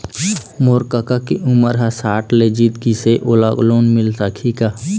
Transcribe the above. मोर कका के उमर ह साठ ले जीत गिस हे, ओला लोन मिल सकही का?